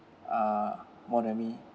ah more than me